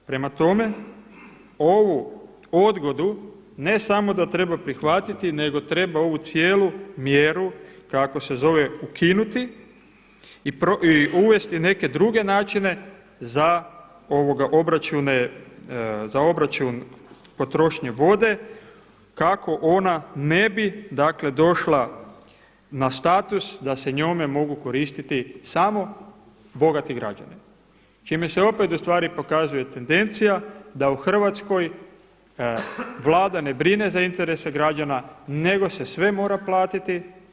Prema tome, ovu odgodu ne samo da treba prihvatiti, nego treba ovu cijelu mjeru ukinuti i uvesti neke druge načine za obračun potrošnje vode kako ona ne bi dakle došla na status da se njome mogu koristiti samo bogati građani čime se opet u stvari pokazuje tendencija da u Hrvatskoj Vlada ne brine za interese građana, nego se sve mora platiti.